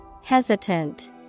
Hesitant